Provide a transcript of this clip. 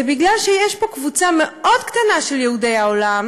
זה בגלל שיש פה קבוצה מאוד קטנה של יהודי העולם